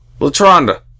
Latronda